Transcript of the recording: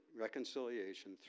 reconciliation